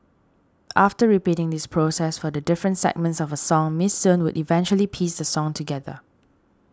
after repeating this process for the different segments of a song Miss Soon would eventually piece the song together